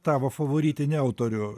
tavo favoritinį autorių